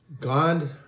God